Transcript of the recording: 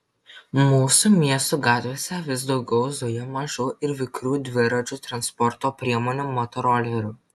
mūsų miestų gatvėse vis daugiau zuja mažų ir vikrių dviračių transporto priemonių motorolerių